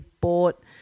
bought